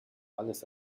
alles